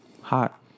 Hot